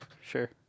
Sure